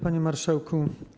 Panie Marszałku!